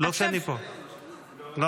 אם